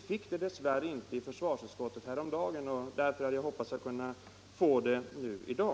Vi fick det dess värre inte i försvarsutskottet häromdagen, och därför hade jag hoppats att få det i dag.